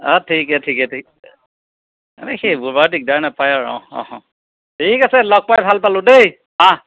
অঁ ঠিকেই ঠিকে ঠিকেই এই সেইবোৰ বাৰু দিগদাৰ নেপায় আৰু ঠিক আছে লগ পাই ভাল পালোঁ দেই অঁ